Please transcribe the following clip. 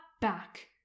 back